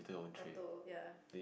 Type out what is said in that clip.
auto ya